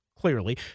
clearly